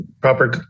proper